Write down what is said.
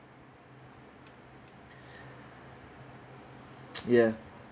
ya